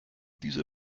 diese